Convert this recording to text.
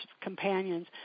companions